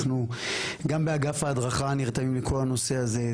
אנחנו, גם באגף ההדרכה נרתמים לכל הנושא הזה.